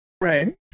Right